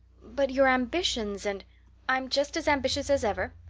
but your ambitions and i'm just as ambitious as ever.